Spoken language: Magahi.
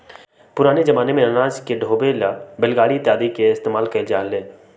पुराना जमाना में अनाज के ढोवे ला बैलगाड़ी इत्यादि के इस्तेमाल कइल जा हलय